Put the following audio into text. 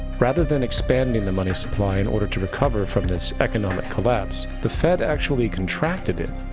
rather than expanding the money supply in order to recover from this economic collapse, the fed actually contracted it,